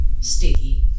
sticky